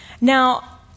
Now